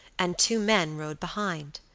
and two men rode behind.